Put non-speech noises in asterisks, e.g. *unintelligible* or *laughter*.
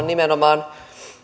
*unintelligible* nimenomaan